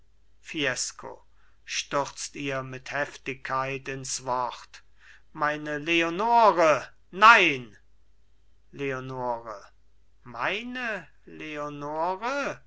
fiesco stürzt ihr mit heftigkeit ins wort meine leonore nein leonore meine leonore